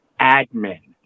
admin